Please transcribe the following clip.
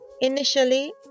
Initially